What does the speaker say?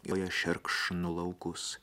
joje šerkšnu laukus